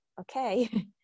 okay